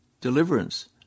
deliverance